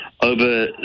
over